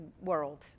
world